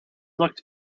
looked